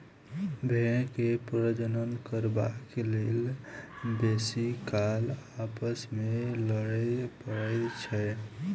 भेंड़ के प्रजनन करबाक लेल बेसी काल आपस मे लड़य पड़ैत छै